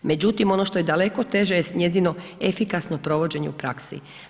Međutim, ono što je daleko teže jest njezino efikasno provođenje u praksi.